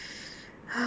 mm hmm